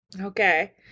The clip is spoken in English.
okay